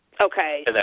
Okay